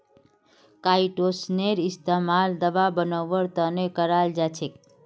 काईटोसनेर इस्तमाल दवा बनव्वार त न कराल जा छेक